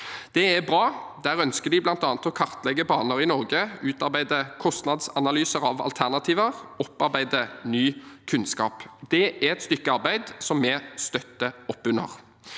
Det er bra. De ønsker bl.a. å kartlegge baner i Norge, utarbeide kostnadsanalyser av alternativer og opparbeide ny kunnskap. Det er et stykke arbeid som vi støtter opp under.